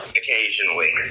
occasionally